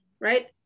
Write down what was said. right